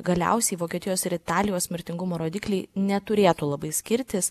galiausiai vokietijos ir italijos mirtingumo rodikliai neturėtų labai skirtis